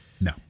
No